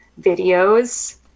videos